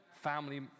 Family